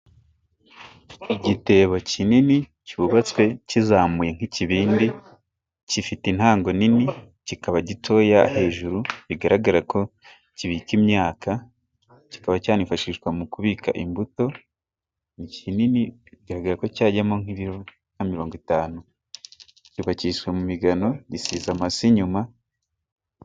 Igitebo kinini cyubatswe kizamuye nk'ikibindi, gifite intango nini kikaba gitoya hejuru bigaragara ko kibika imyaka kikaba cyanifashishwa mu kubika imbuto, ni kinini bigaragara ko cyajyamo nk'ibiro mirongo itanu. Cyubakishijwe mu migano bagisiga amase inyuma.